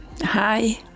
Hi